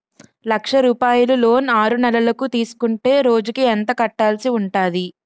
లక్ష రూపాయలు లోన్ ఆరునెలల కు తీసుకుంటే రోజుకి ఎంత కట్టాల్సి ఉంటాది?